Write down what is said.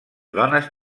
dones